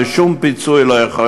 ושום פיצוי לא יכול